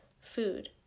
food